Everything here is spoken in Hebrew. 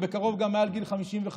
ובקרוב גם מעל גיל 55,